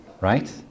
right